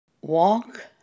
Walk